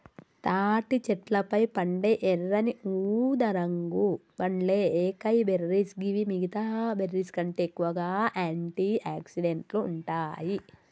తాటి చెట్లపై పండే ఎర్రని ఊదారంగు పండ్లే ఏకైబెర్రీస్ గివి మిగితా బెర్రీస్కంటే ఎక్కువగా ఆంటి ఆక్సిడెంట్లు ఉంటాయి